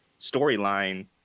storyline